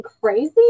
crazy